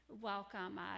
welcome